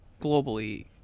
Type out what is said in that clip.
globally